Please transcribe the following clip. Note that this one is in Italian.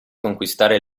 conquistare